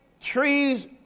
trees